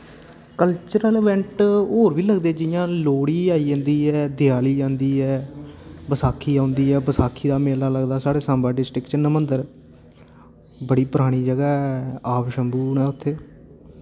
cultural event होर बी लगदे जि'यां लोहड़ी आई जंदी ते देआली आंदी ऐ बसाखी औंदी ऐ बसाखी दा मेला लगदा साढ़ी साम्बा डिस्ट्रिक च ना मंदर बड़ी परानी जगह ऐ आपशंभु न उत्थै